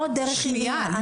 לא דרך עירייה.